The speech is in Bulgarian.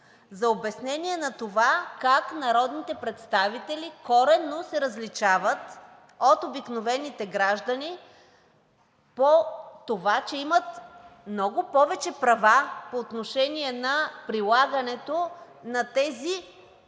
за обяснение на това как народните представители коренно се различават от обикновените граждани по това, че имат много повече по отношение на прилагането на тези